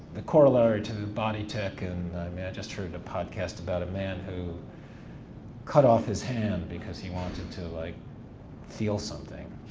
the corollary to the body tech and i mean, i just heard a podcast about a man who cut off his hand because he wanted to like feel something.